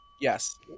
Yes